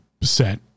set